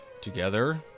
together